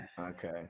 Okay